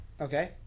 okay